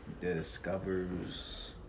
discovers